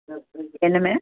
என்ன மேம்